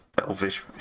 elvish